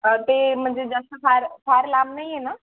ते म्हणजे जास्त फार फार लांब नाही आहे ना